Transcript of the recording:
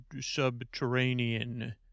subterranean